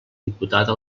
diputada